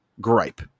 gripe